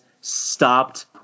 stopped